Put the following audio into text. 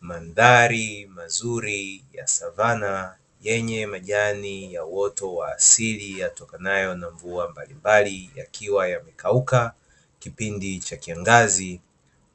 Mandhari mazuri ya savana yenye majani ya uoto wa asili yatokanayo na mvua mbalimbali, yakiwa yamekauka kipindi cha kiangazi,